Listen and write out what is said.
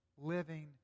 living